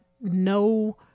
no